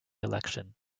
election